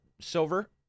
Silver